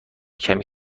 کمی